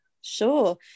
Sure